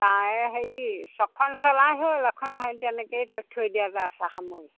তাৰে হেৰি ছখন চলাই হ'ল এখন সেই তেনেকেই থৈ দিয়া যাছ সামৰি